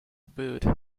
bute